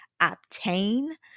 Obtain